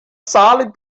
zahlen